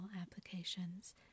applications